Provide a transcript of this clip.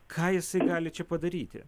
ką jisai gali čia padaryti